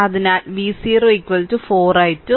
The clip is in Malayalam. അതിനാൽ v0 4 i2